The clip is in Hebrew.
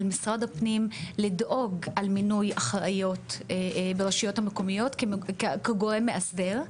על משרד הפנים לדאוג למינוי אחראיות ברשויות המקומיות כגורם מאסדר.